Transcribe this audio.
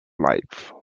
life